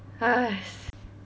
!hais!